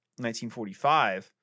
1945